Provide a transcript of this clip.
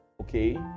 okay